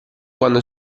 quando